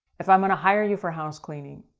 if i'm going to hire you for house cleaning,